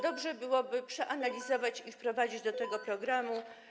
Dobrze byłoby je przeanalizować i wprowadzić do tego programu.